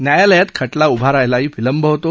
न्यायालयात खटला उभा रहायलाही विलंब होतो